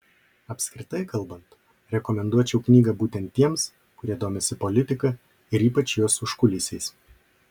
apskritai kalbant rekomenduočiau knygą būtent tiems kurie domisi politika ir ypač jos užkulisiais